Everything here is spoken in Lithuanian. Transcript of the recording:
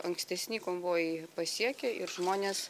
ankstesni konvojai pasiekė ir žmonės